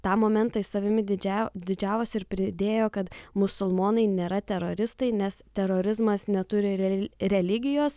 tą momentą jis savimi didžia didžiavosi ir pridėjo kad musulmonai nėra teroristai nes terorizmas neturi rel religijos